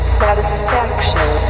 satisfaction